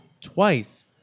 twice